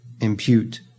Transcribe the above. impute